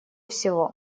всего